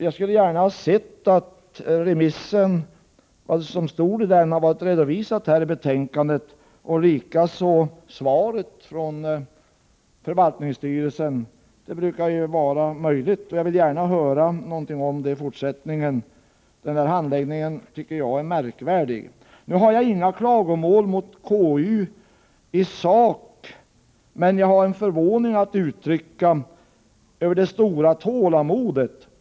Jag skulle gärna ha sett att innehållet i remissen, liksom svaret från förvaltningsstyrelsen, hade redovisats i betänkandet. Det brukar ju vara möjligt, och jag vill gärna få veta något mer om detta. Jag tycker att denna handläggning är märklig. Jag har inga klagomål mot KU i sak, men jag vill uttrycka min förvåning över det stora tålamod man visar.